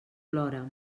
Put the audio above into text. plora